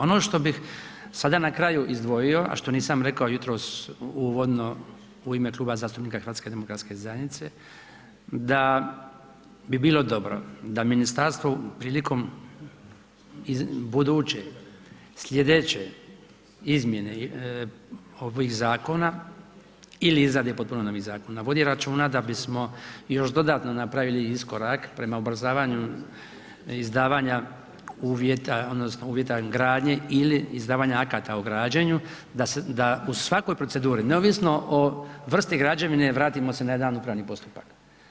Ono što bih sada na kraju izdvojio a što nisam rekao jutros uvodno u ime Kluba zastupnika HDZ-a da bi bilo dobro da Ministarstvo prilikom buduće, sljedeće izmjene ovih zakona ili izrade potpuno novih zakona vodi računa da bismo još dodatno napravili iskorak prema ubrzavanju izdavanja uvjeta, odnosno uvjeta gradnje ili izdavanja akata o građenju da u svakoj proceduri neovisno o vrsti građevine vratimo se na jedan upravni postupak.